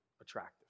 attractive